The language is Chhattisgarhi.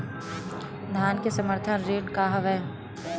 धान के समर्थन रेट का हवाय?